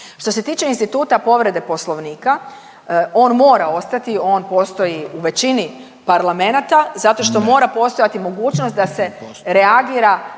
Što se tiče instituta povrede Poslovnika, on mora ostati, on postoji u većini parlamenata zato što mora postojati mogućnost da se reagira